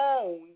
own